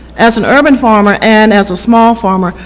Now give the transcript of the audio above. as an urban farmer and as a small farmer,